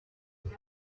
nawe